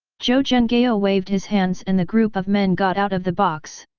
zhou zhenghao ah waved his hands and the group of men got out of the box.